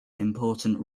important